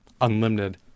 unlimited